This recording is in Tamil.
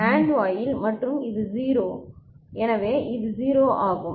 எனவே 1 1 1 இந்த வெளியீடு 1 AND வாயில் மற்றும் இது 0 எனவே இது 0 ஆகும்